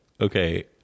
Okay